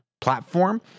platform